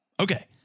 Okay